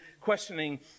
questioning